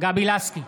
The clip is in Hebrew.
גבי לסקי,